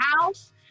house